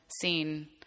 seen